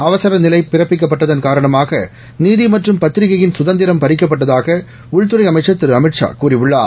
அவசர நிலை பிறப்பிக்கப்பட்டதன் காரணமாக நீதி மற்றும் பத்திரிகையின் குதந்திரம் பறிக்கப்பட்டதாக உள்துறை அமைச்சர் திரு அமித்ஷா கூறியுள்ளர்